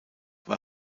war